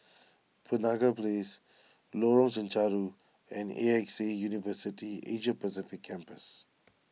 Penaga Place Lorong Chencharu and A X A University Asia Pacific Campus